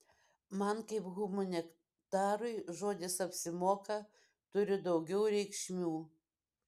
man kaip humanitarui žodis apsimoka turi daugiau reikšmių